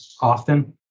often